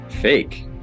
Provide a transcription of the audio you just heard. fake